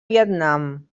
vietnam